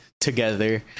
together